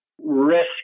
risk